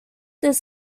this